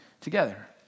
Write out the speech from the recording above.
together